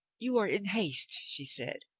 you are in haste, she said.